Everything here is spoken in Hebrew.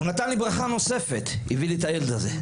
הוא נתן לי ברכה נוספת, הביא לי את הילד הזה.